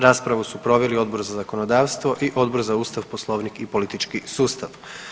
Raspravu su proveli Odbor za zakonodavstvo i Odbor za Ustav, Poslovnik i politički sustav.